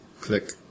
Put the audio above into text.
click